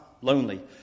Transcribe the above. Lonely